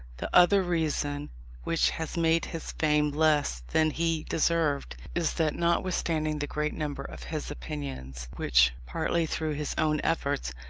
the other reason which has made his fame less than he deserved, is that notwithstanding the great number of his opinions which, partly through his own efforts,